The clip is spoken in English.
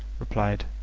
replied,